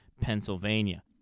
Pennsylvania